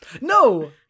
No